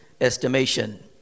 estimation